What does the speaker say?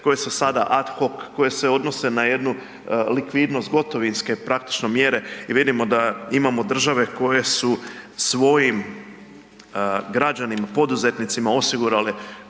koje su sada ad hoc, koje se odnose na jednu likvidnost gotovinske praktično mjere. I vidimo da imamo države koje su svojim građanima, poduzetnicima osigurale